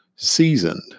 seasoned